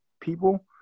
people